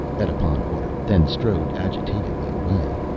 edipon ordered, then strode agitatedly away.